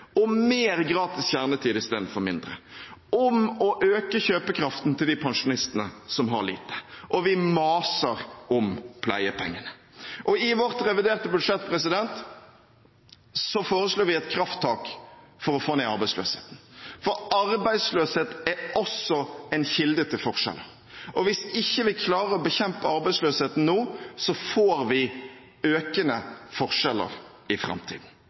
og mer gratis kjernetid i stedet for mindre; om å øke kjøpekraften til de pensjonistene som har lite, og vi maser om pleiepengene. I vårt reviderte budsjett foreslår vi et krafttak for å få ned arbeidsløsheten, for arbeidsløshet er også en kilde til forskjeller. Hvis ikke vi klarer å bekjempe arbeidsløsheten nå, får vi økende forskjeller i framtiden.